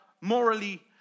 morally